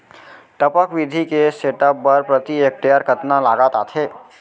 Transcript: टपक विधि के सेटअप बर प्रति हेक्टेयर कतना लागत आथे?